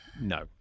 No